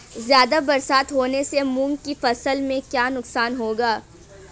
ज़्यादा बरसात होने से मूंग की फसल में क्या नुकसान होगा?